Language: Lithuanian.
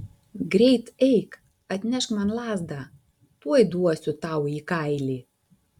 greit eik atnešk man lazdą tuoj duosiu tau į kailį